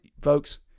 folks